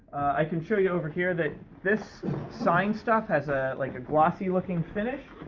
i can show you over here that this sign stuff has, ah, like a glossy-looking finish,